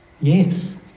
Yes